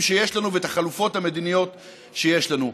שיש לנו ואת החלופות המדיניות שיש לנו.